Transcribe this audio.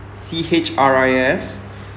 C H R I S